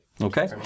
Okay